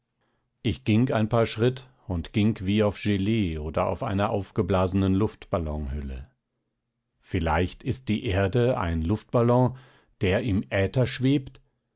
ich ging ein paar schritt und ging wie auf gelee oder auf einer aufgeblasenen luftballonhülle vielleicht ist die erde ein luftballon der im aether schwebt